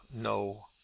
no